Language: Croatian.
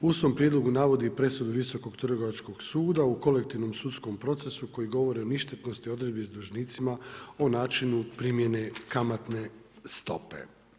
U svom prijedlogu navodi presudu Visokog trgovačkog suda u kolektivnom sudskom procesu koji govori o ništetnosti odredbi s dužnicima o način primjene kamatne stope.